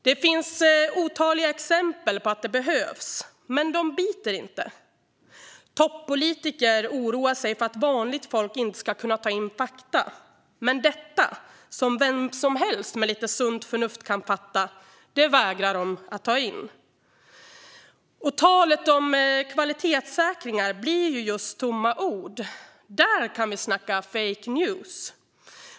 Det finns otaliga exempel på att detta behövs, men de biter inte. Toppolitiker oroar sig för att vanligt folk inte kan ta in fakta, men detta, som vem som helst med lite sunt förnuft kan fatta, vägrar de att ta in. Talet om kvalitetssäkringar blir tomma ord. Där kan vi snacka om fake news.